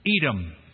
Edom